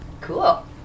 Cool